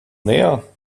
näher